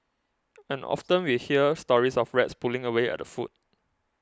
and often we hear stories of rats pulling away at the food